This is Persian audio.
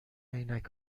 عینک